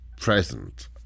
present